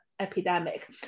Epidemic